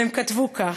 והם כתבו כך: